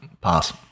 pass